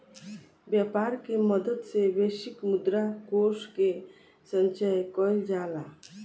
व्यापर के मदद से वैश्विक मुद्रा कोष के संचय कइल जाला